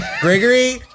Gregory